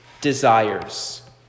desires